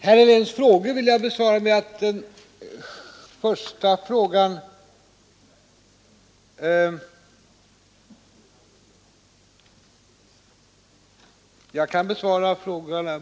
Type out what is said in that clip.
Herr Heléns båda frågor kan jag besvara med ja — det har jag antecknat.